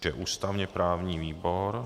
Takže ústavněprávní výbor.